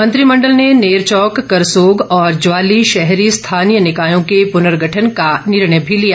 मंत्रिमंडल ने नेरचौक करसोग और ज्वाली शहरी स्थानीय निकायों के पुर्नगठन करने का निर्णय भी लिया